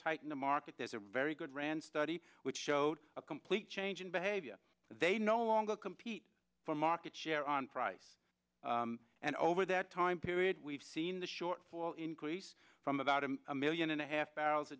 tighten the market there's a very good rand study which showed a complete change in behavior they no longer compete for market share on price and over that time period we've seen the shortfall increase from about a million and a half